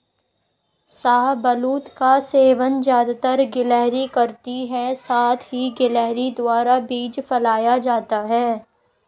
शाहबलूत का सेवन ज़्यादातर गिलहरी करती है साथ ही गिलहरी द्वारा बीज फैलाया जाता है